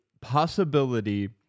possibility